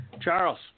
Charles